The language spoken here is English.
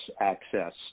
access